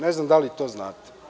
Ne znam da li to znate.